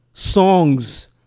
Songs